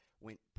Went